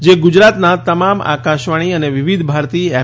જે ગુજરાતનાં તમામ આકાશવાણી અને વિવિધ ભારતી એફ